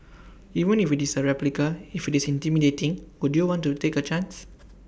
even if IT is A replica if IT is intimidating would you want to take A chance